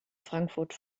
frankfurt